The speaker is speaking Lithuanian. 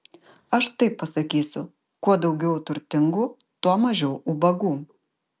aš taip pasakysiu kuo daugiau turtingų tuo mažiau ubagų